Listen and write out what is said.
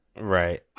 right